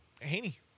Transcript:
Haney